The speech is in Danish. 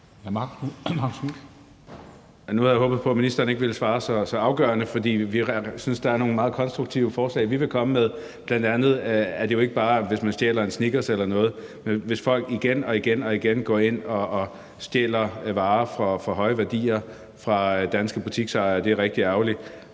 Nu havde jeg jo håbet på, at ministeren ikke ville svare så afgørende, for vi synes, at det er nogle meget konstruktive forslag, som vi vil komme med. Bl.a. er det jo ikke bare, hvis man stjæler en Snickers eller sådan noget, men det er, hvis folk igen og igen går ind og stjæler varer for høje værdier fra danske butiksejere. Det er rigtig ærgerligt.